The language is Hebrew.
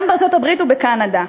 גם בארצות-הברית ובקנדה.